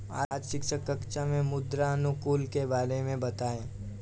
आज शिक्षक कक्षा में मृदा अनुकूलक के बारे में बताएं